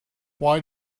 why